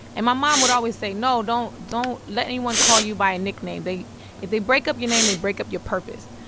and my mom would always say, no, don't don't let anyone call you by a nickname. if they break up your name, they break up your purpose.